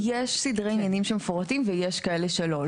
יש סדרי עניינים שמפורטים ויש כאלה שלא.